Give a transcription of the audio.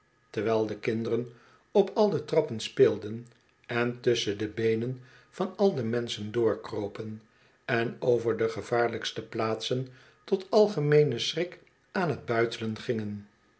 terwijl de kinderen op al de trappen speelden en tusschen de beenen van al de menschen doorkropen en over de gevaarlijkste plaatsen tot algemeenen schrik aan t buitelen gingen